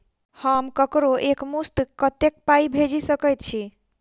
हम ककरो एक मुस्त कत्तेक पाई भेजि सकय छी?